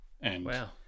Wow